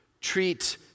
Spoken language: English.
treat